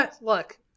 Look